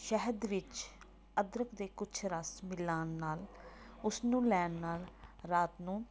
ਸ਼ਹਿਦ ਵਿੱਚ ਅਦਰਕ ਦੇ ਕੁਛ ਰਸ ਮਿਲਾਉਣ ਨਾਲ਼ ਉਸਨੂੰ ਲੈਣ ਨਾਲ਼ ਰਾਤ ਨੂੰ